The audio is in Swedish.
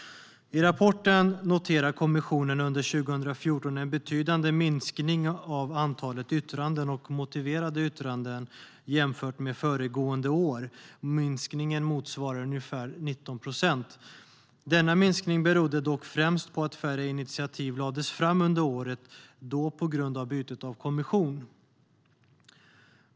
I rapporten noterar kommissionen under 2014 en betydande minskning av antale yttranden och motiverade yttranden jämfört med föregående år. Minskningen motsvarar ungefär 19 procent. Denna minskning berodde dock främst på att färre initiativ lades fram under året på grund av bytet av kommission.